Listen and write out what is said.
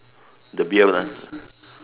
the bill ah